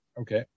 Okay